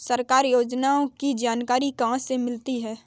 सरकारी योजनाओं की जानकारी कहाँ से मिलती है?